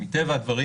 מטבע הדברים,